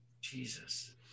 Jesus